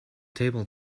table